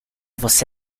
fosse